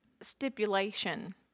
stipulation